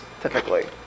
typically